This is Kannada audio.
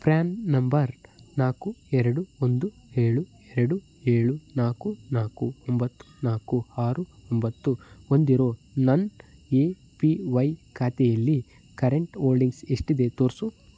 ಪ್ರ್ಯಾನ್ ನಂಬರ್ ನಾಲ್ಕು ಎರಡು ಒಂದು ಏಳು ಎರಡು ಏಳು ನಾಲ್ಕು ನಾಲ್ಕು ಒಂಬತ್ತು ನಾಲ್ಕು ಆರು ಒಂಬತ್ತು ಹೊಂದಿರೋ ನನ್ನ ಎ ಪಿ ವೈ ಖಾತೆಯಲ್ಲಿ ಕರೆಂಟ್ ಹೋಲ್ಡಿಂಗ್ಸ್ ಎಷ್ಟಿದೆ ತೋರಿಸು